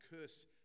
curse